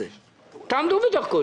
אתמול היו כמעט התעלפויות.